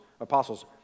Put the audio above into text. apostles